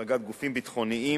החרגת גופים ביטחוניים,